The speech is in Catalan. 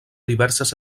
diverses